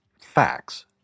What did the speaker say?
facts